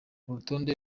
urutonde